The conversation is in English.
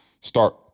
start